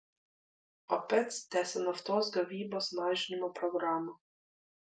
opec tęsia naftos gavybos mažinimo programą